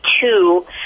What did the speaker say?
two